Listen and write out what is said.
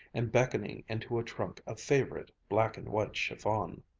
and beckoning into a trunk a favorite black-and-white chiffon.